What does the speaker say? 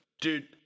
Dude